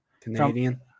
canadian